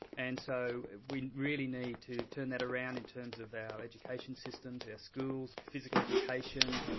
and so we really need to turn that around in terms of our education systems, our schools, physical education,